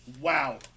wow